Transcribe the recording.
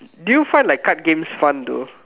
do you find like card games fun though